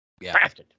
Crafted